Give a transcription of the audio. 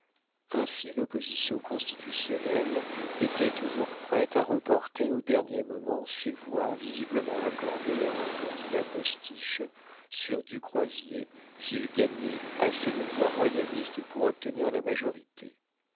ainsi l'opposition constitutionnelle était toujours prête à reporter au dernier moment ses voix visiblement accordées à un candidat postiche sur du croisier s'il gagnait assez de voix royalistes pour obtenir la majorité